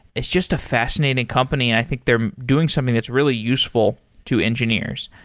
it's just a fascinating company and i think they're doing something that's really useful to engineers.